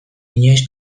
inoiz